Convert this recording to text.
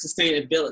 sustainability